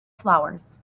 flowers